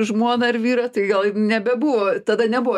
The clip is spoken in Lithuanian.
žmoną ar vyrą tai gal ir nebebuvo tada nebuvo